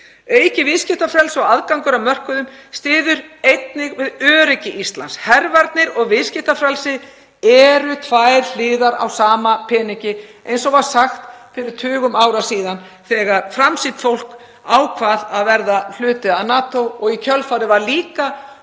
Aukið viðskiptafrelsi og aðgangur að mörkuðum styður einnig við öryggi Íslands. Hervarnir og viðskiptafrelsi eru tvær hliðar á sama peningi, eins og var sagt fyrir tugum ára síðan þegar framsýnt fólk ákvað að verða hluti af NATO og í kjölfarið var líka